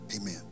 Amen